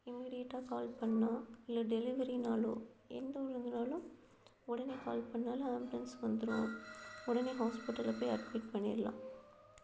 இமீடியட்டாக கால் பண்ணாலோ இல்லை டெலிவரினாலோ எந்த ஒரு இதுனாலும் உடனே கால் பண்ணாலும் ஆம்புலன்ஸ் வந்துடும் உடனே ஹாஸ்பிட்டலில் போய் அட்மிட் பண்ணிடலாம்